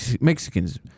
Mexicans